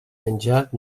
menjat